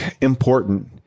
important